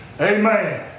Amen